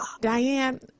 Diane